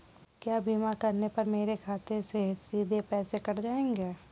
क्या बीमा करने पर मेरे खाते से सीधे पैसे कट जाएंगे?